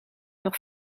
nog